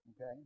Okay